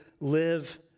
live